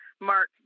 Mark